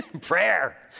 prayer